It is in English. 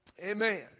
Amen